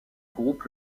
groupe